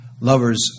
lovers